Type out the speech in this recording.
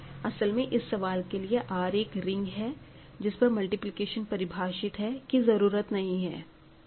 असल में इस सवाल के लिए R एक रिंग है जिस पर मल्टीप्लिकेशन परिभाषित है की जरूरत नहीं है